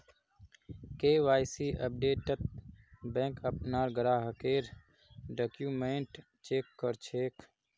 KYC अपडेटत bank अपनार ग्राहकेर डॉक्यूमेंट चेक कर छेक